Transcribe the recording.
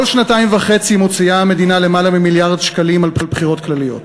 כל שנתיים וחצי המדינה מוציאה למעלה ממיליארד שקלים על בחירות כלליות,